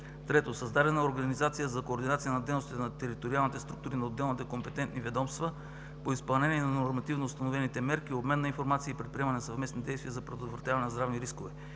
Трето, създадена е организация за координация на дейностите на териториалните структури на отделните компетентни ведомства по изпълнение на нормативно установените мерки, обмен на информация и предприемане на съвместни действия за предотвратяване на здравни рискове.